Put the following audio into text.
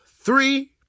three